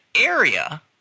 area